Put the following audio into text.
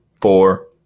four